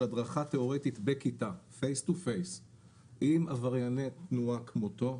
הדרכה תיאורטית בכיתה face to face עם עברייני תנועה כמותו,